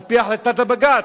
על-פי החלטת הבג"ץ.